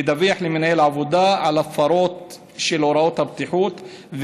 לדווח למנהל העבודה על הפרות של הוראות הבטיחות,